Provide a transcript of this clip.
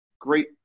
Great